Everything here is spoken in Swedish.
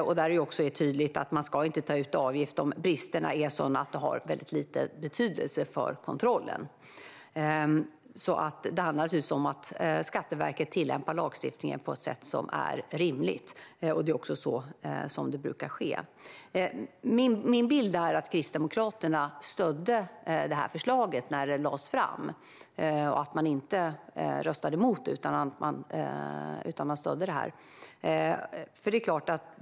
Det är också tydligt att det inte ska tas ut någon avgift om bristerna är sådana att det har väldigt liten betydelse för kontrollen. Skatteverket ska tillämpa lagstiftningen på ett rimligt sätt. Så brukar också ske. Min bild är att Kristdemokraterna stödde det här förslaget när det lades fram. Man röstade inte emot det utan stödde det.